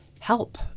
help